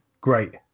great